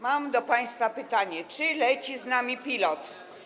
Mam do państwa pytanie: Czy leci z nami pilot?